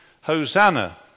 Hosanna